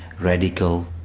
radical.